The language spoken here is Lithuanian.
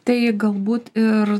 tai galbūt ir